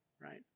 right